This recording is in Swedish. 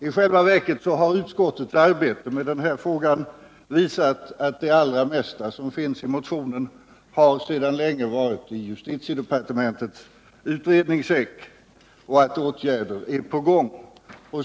I själva verket har utskottets arbete med den här frågan visat att det allra mesta av det som finns i motionen sedan länge har varit i justitiedepartementets utredningssäck och att åtgärder är på gång.